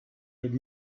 had